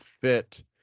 fit